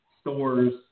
stores